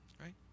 Right